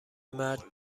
مرد